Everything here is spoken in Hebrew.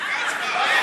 ביקשתי לפני